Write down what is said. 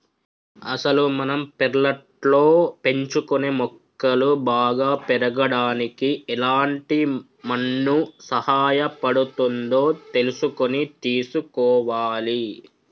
అసలు మనం పెర్లట్లో పెంచుకునే మొక్కలు బాగా పెరగడానికి ఎలాంటి మన్ను సహాయపడుతుందో తెలుసుకొని తీసుకోవాలి